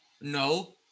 No